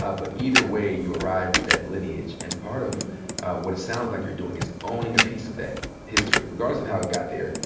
ah but either way, you arrive with that lineage. and part of what it sounds like you're doing is owning a piece of that history. regardless of how it got there,